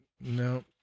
No